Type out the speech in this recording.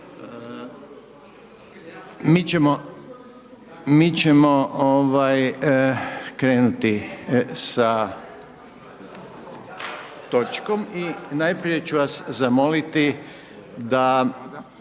Mi ćemo ovaj, krenuti sa točkom i najprije ću vas zamoliti da